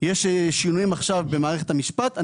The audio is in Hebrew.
יש שינויים עכשיו במערכת המשפט.